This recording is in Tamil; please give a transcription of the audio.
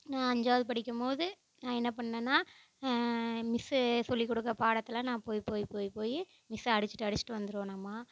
நான் அஞ்சாவது படிக்கும்போது நான் என்ன பண்ணேன்னால் மிஸ்ஸு சொல்லிக்கொடுக்குற பாடத்தலாம் நான் போய் போய் போய் போய் மிஸ்ஸை அடித்திட்டு அடித்திட்டு வந்துருவேனாம்